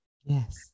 Yes